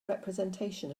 representation